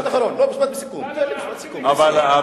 משפט אחד, דוד אזולאי, אני אומר.